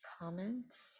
Comments